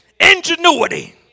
ingenuity